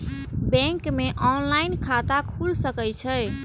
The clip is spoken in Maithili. बैंक में ऑनलाईन खाता खुल सके छे?